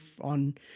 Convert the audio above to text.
on